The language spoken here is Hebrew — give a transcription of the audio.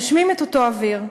נושמים את אותו אוויר.